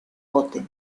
bote